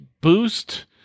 boost